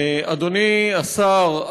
אדוני השר,